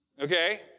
Okay